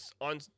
on